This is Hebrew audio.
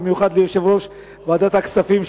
במיוחד ליושב-ראש ועדת הכספים,